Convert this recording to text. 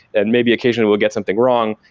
and maybe occasionally we'll get something wrong,